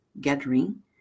gathering